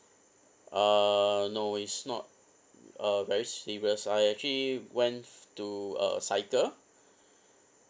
uh no it's not uh very serious I actually went to uh cycle